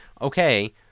Okay